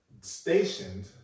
stationed